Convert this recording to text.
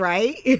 Right